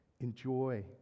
enjoy